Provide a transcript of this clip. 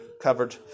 covered